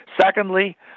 Secondly